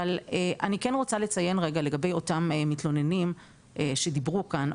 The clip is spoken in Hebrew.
אבל אני כן רוצה לציין רגע לגבי אותם מתלוננים שדיברו כאן,